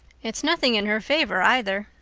it's nothing in her favour, either.